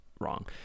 wrong